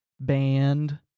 band